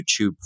YouTube